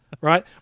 right